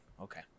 okay